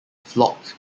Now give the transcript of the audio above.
flocked